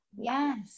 Yes